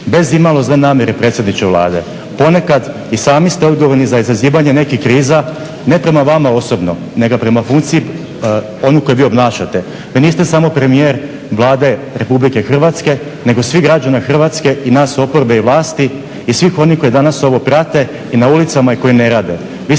Bez imalo zle namjere predsjedniče Vlade ponekad i sami ste odgovorni za izazivanje nekih kriza, ne prema vama osobno, nego prema funkciji onoj koju vi obnašate. Vi niste samo premijer Vlade RH nego svih građana Hrvatske, i nas oporbe i vlasti, i svih onih koji danas ovo prate i na ulicama i koji ne rade.